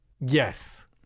Yes